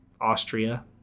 Austria